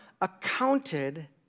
accounted